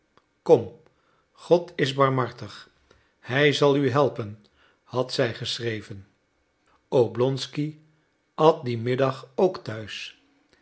kom god is barmhartig hij zal u helpen had zij geschreven oblonsky at dien middag ook thuis